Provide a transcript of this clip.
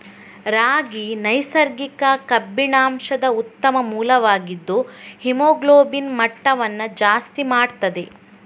ರಾಗಿ ನೈಸರ್ಗಿಕ ಕಬ್ಬಿಣಾಂಶದ ಉತ್ತಮ ಮೂಲವಾಗಿದ್ದು ಹಿಮೋಗ್ಲೋಬಿನ್ ಮಟ್ಟವನ್ನ ಜಾಸ್ತಿ ಮಾಡ್ತದೆ